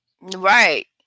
Right